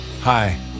Hi